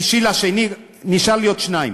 3 בדצמבר, נשארו לי עוד שניים,